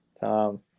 Tom